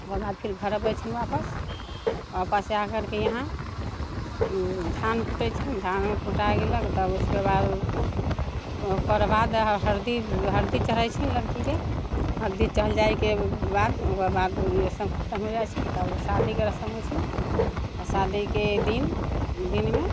ओकर बाद फिर घर अबै छनि वापस वापससँ आकरके इहाँ धान कुटै छै धान उन कुटा गैलक तब उसके बाद ओकर बाद हरदी हरदी चढ़ै छनि लड़कीके हरदी चढ़ल जाइके बाद ओकर बाद रस्म खतम हो जाइ छै तब शादीके रस्म होइ छै आओर शादीके दिन दिनमे